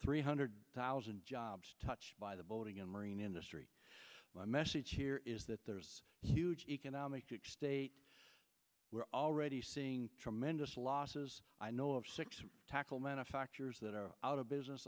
three hundred thousand jobs touched by the boating and marine industry my message here is that there's huge economic we're already seeing tremendous losses i know of six tackle manufacturers that are out of business